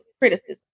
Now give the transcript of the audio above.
criticism